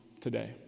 today